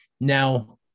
Now